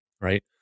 right